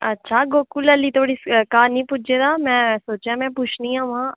अच्छा गोकुल हाल्ली धोड़ी घर निं पुज्जे दा में सोच्चेआ में पुच्छनी आं महां